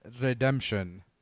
Redemption